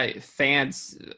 fans